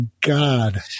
god